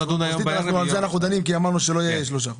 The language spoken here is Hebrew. על זה אנחנו דנים כי אמרנו שלא יהיו שלושה.